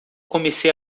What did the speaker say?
comecei